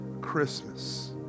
Christmas